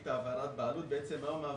היום,